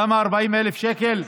למה 40,000 שקל?